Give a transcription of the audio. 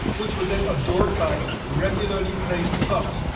which were then adorned by regularly placed bumps,